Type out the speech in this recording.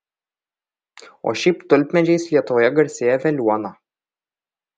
o šiaip tulpmedžiais lietuvoje garsėja veliuona